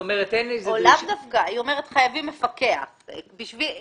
בעבר נותני שירותי מטבע היו מוסדרים תחת חוק